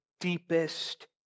deepest